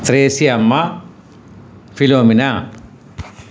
Thresiamma Philomena